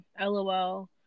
LOL